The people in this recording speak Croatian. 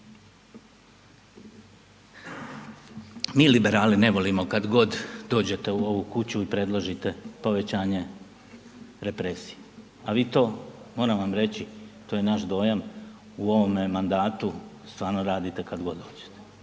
Mi liberali ne volimo kad god dođete u ovu kuću i predložite povećanje represije, a vi to, moram vam reći, to je naš dojam, u ovome mandatu, stvarno radite kad god dođete.